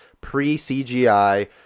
pre-cgi